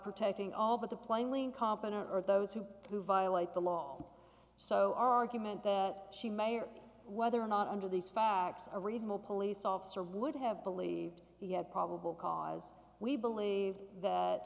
protecting all but the plainly incompetent or those who who violate the law so argument that she may or whether or not under these facts are reasonable police officer would have believed he had probable cause we believe that